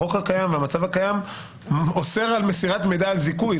החוק הקיים והמצב הקיים אוסר על מסירת מידע על זיכוי.